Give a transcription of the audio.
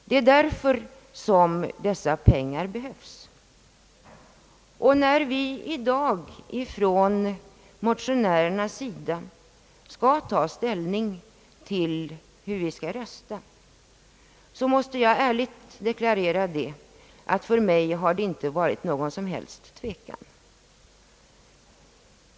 Det är därför som dessa pengar behövs för vidare utredning och planering. När vi i dag från motionärernas sida skall ta ställning till hur vi skall rösta, måste jag ärligt deklarera att för mig har det inte funnits någon som helst tvekan.